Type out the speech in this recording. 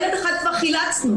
ילד אחד כבר חילצנו,